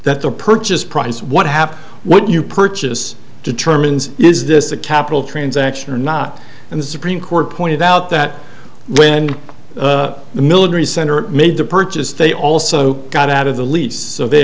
that the purchase price what happens what you purchase determines is this a capital transaction or not and the supreme court pointed out that when the military center made the purchase they also got out of the lease so they